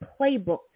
playbook